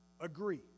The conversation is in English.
agree